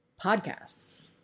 podcasts